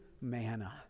manna